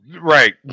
Right